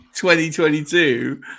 2022